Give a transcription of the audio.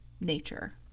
nature